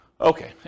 Okay